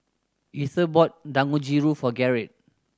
Ether bought Dangojiru for Gerrit